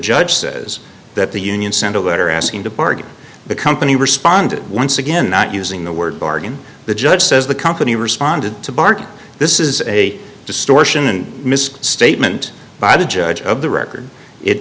judge says that the union sent a letter asking to bargain the company responded once again not using the word bargain the judge says the company responded to bark this is a distortion misc statement by the judge of the record it